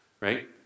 Right